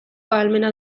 ahalmena